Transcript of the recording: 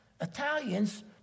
Italians